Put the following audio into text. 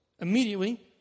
Immediately